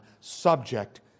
subject